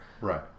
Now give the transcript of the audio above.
Right